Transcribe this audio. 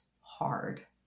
hard